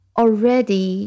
already